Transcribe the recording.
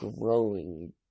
growing